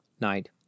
night